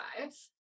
five